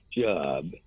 job